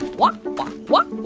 walk, walk, walk,